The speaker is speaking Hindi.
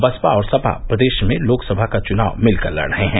बसपा और सपा प्रदेश में लोकसभा का चुनाव मिलकर लड़ रहे हैं